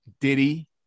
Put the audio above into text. Diddy